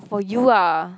oh you ah